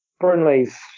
Burnley's